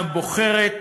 בוחרת